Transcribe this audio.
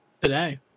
Today